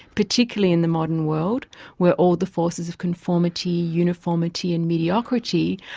particularly in the modern world where all the forces of conformity, uniformity and mediocrity,